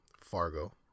Fargo